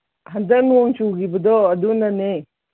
ꯍꯟꯗꯛ ꯅꯣꯡ ꯆꯨꯒꯤꯕꯗꯣ ꯑꯗꯨꯅꯅꯦ